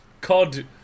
COD